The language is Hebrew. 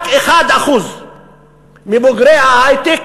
רק 1% מבוגרי ההיי-טק